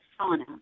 sauna